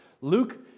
Luke